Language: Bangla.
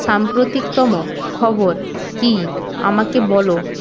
সাম্প্রতিকতম খবর কী আমাকে বলো